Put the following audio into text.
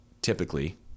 Typically